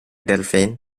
delfin